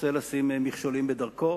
שרוצה לשים מכשולים בדרכו.